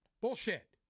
Bullshit